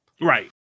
Right